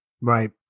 Right